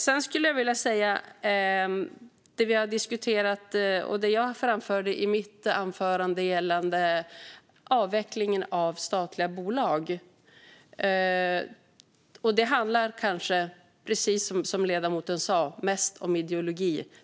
Sedan skulle jag vilja tala om det som vi har diskuterat och som jag framförde i mitt anförande gällande avvecklingen av statliga bolag. Precis som ledamoten sa handlar det kanske mest om ideologi.